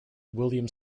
william